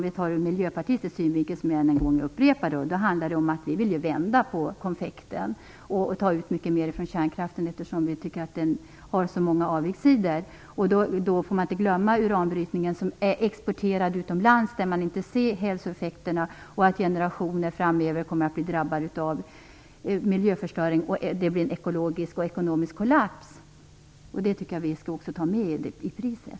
I Miljöpartiet vill vi dessutom - jag upprepar det än en gång - vända på det hela och ta ut mycket mer i skatt från kärnkraften, eftersom vi tycker att den har så många avigsidor. Man får då inte glömma uranbrytningen, som sker utomlands i länder där man inte ser hälsoeffekterna, och framöver kommer generationer att drabbas av miljöförstöring och av en ekonomisk och ekologisk kollaps. Jag tycker att vi skall ta med också det i priset.